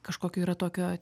kažkokio yra tokio